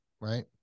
right